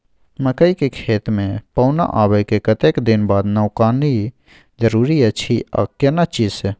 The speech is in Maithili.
मकई के खेत मे पौना आबय के कतेक दिन बाद निकौनी जरूरी अछि आ केना चीज से?